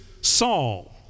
Saul